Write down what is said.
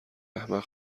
احمق